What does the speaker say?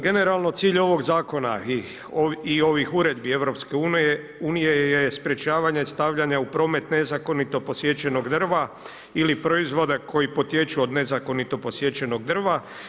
Generalno cilj ovog zakona i ovih uredbi EU je sprječavanje stavljanja u promet nezakonito posječenog drva ili proizvoda koji potječu od nezakonito posječenog drva.